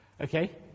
Okay